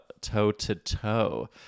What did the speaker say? toe-to-toe